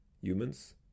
humans